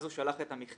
אז הוא שלח את המכתב.